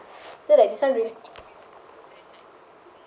so like this one really